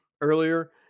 earlier